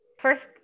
First